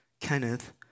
Kenneth